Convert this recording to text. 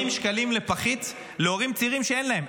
80 שקלים לפחית להורים צעירים שאין להם.